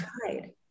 tried